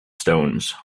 stones